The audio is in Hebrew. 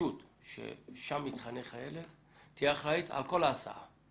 רשות ששם מתחנך הילד תהיה אחראית על כל ההסעה